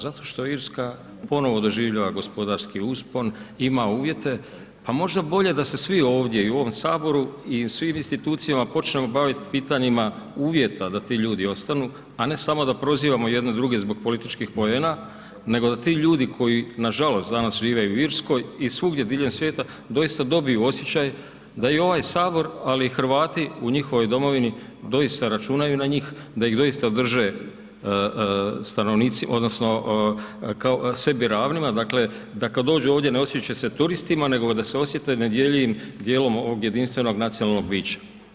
Zato što Irska ponovno doživljava gospodarski uspon, ima uvjete, pa možda bolje da se svi ovdje i u ovom Saboru i u svim institucijama počnemo baviti pitanjima uvjeta da ti ljudi ostanu, a ne samo da prozivamo jedni druge zbog političkih poena nego da ti ljudi koji nažalost, danas žive i u Irskoj i svugdje diljem svijeta, doista dobiju osjećaj da i ovaj Sabor, ali i Hrvati u njihovoj domovini, doista računaju na njih, da ih doista drže stanovnici odnosno kao sebi ravnima, dakle da kad dođu ovdje ne osjećaju se turistima nego da se osjete nedjeljivim dijelom ovog jedinstvenog nacionalnog bića.